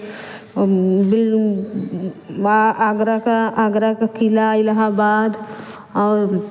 आगरा का आगरा का किला इलाहाबाद और